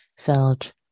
felt